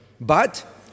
but